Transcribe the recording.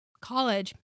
college